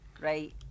right